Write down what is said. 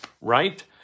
right